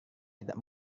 tidak